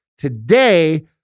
Today